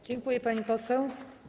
Dziękuję, pani poseł.